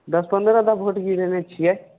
दस पन्द्रह बार भोट गिरयने छियै